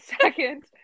Second